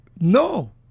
No